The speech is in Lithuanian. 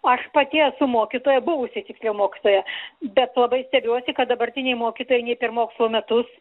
aš pati esu mokytoja buvusi tiksliau mokytoja bet labai stebiuosi kad dabartiniai mokytojai nei per mokslo metus